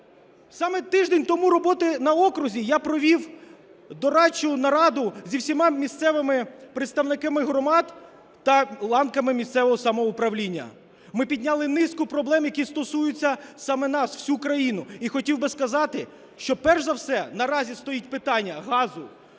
Саме тиждень тому роботи на окрузі я провів дорадчу нараду зі всіма місцевими представниками громад та ланками місцевого самоуправління. Ми підняли низку проблем, які стосуються саме нас, всієї країни, і хотів би сказати, що перш за все наразі стоїть питання газу